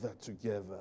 together